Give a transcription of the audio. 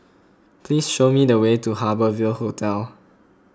please show me the way to Harbour Ville Hotel